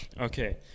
Okay